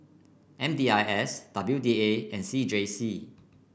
M D I S W D A and C J C